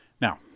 Now